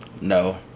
No